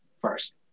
first